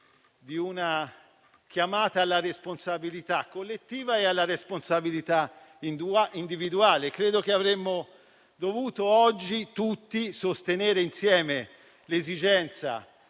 di una chiamata alla responsabilità collettiva e alla responsabilità individuale. Oggi avremmo dovuto sostenere tutti insieme l'esigenza